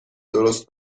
درست